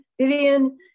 Vivian